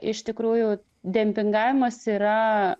iš tikrųjų dempingavimas yra